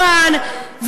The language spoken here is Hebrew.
הזמן,